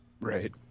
Right